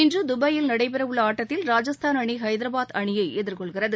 இன்று துபாயில் நடைபெறவுள்ள ஆட்டத்தில் ராஜஸ்தான் அனி ஹைதராபாத் அணியை எதிர்கொள்கிறது